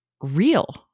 real